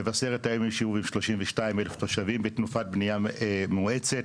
במבשרת יש היום 32,000 תושבים ותנופת בניה מואצת.